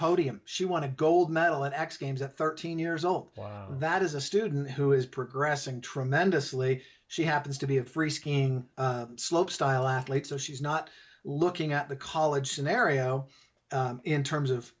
podium she want to gold medal at x games thirteen years old that is a student who is progressing tremendously she happens to be a free skiing slopestyle athlete so she's not looking at the college scenario in terms of